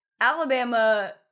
Alabama